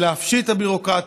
זה לפשט את הביורוקרטיה.